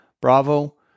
Bravo